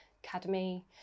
Academy